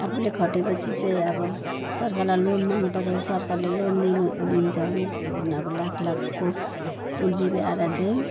आफूले खटे पछि चाहिँ अब सरकारलाई लोन माग्नु पर्यो सरकारले लोन दिन दिन्छन् लोन अब लाख लाखको पुँजी ल्याएर चाहिँ